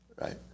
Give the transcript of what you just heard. right